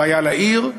בעיה לעיר,